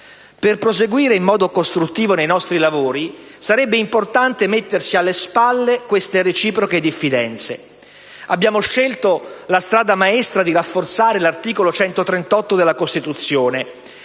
Per proseguire in modo costruttivo nei nostri lavori sarebbe importante mettersi alle spalle queste reciproche diffidenze. Abbiamo scelto la strada maestra di rafforzare l'articolo 138 della Costituzione